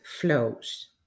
flows